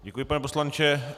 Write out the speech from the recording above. Děkuji, pane poslanče.